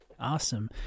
Awesome